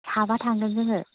साबा थांगोन जोङो